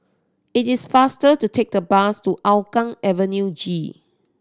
it is faster to take the bus to Hougang Avenue G